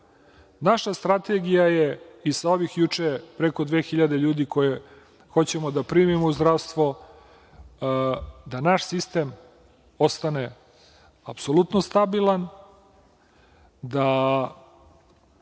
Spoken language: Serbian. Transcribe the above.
naša strategija je i sa ovih juče preko 2.000 ljudi koje hoćemo da primimo u zdravstvo, da naš sistem ostane apsolutno stabilan, da